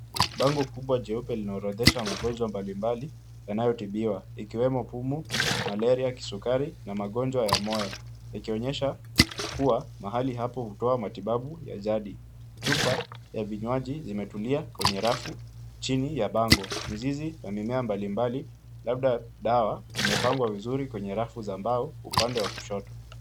Bango kubwa jeupe linaorodhesha magonjwa mbalimbali yanayotibiwa ikiwemo; pumu, malaria, kisukari na magonjwa ya moyo. Ikionyesha kuwa mahali hapo hutoa matibabu ya jadi. Chupa ya vinywaji imetulia kwenye rafu chini ya bango. Mizizi na mimea mbalimbali labda dawa imepangwa vizuri kwenye rafu za mbao upande wa kushoto.